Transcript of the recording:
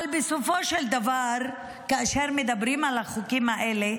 אבל בסופו של דבר כאשר מדברים על החוקים האלה,